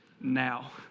now